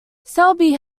selby